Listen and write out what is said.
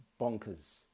bonkers